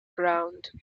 ground